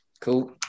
Cool